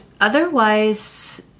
otherwise